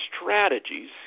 strategies